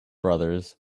brothers